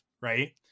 right